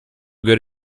good